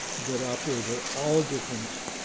that operator all different